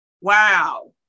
Wow